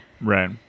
Right